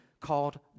called